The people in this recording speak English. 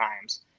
times